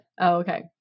okay